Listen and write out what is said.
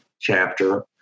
chapter